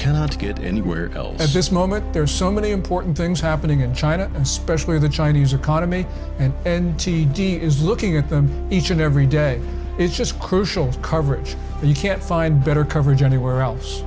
cannot get anywhere else at this moment there are so many important things happening in china especially the chinese economy and and t d is looking at them each and every day it's just crucial coverage you can't find better coverage anywhere else